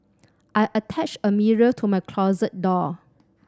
I attached a mirror to my closet door